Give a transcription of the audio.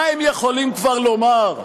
מה הם יכולים כבר לומר?